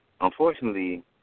Unfortunately